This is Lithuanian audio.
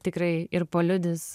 tikrai ir paliudys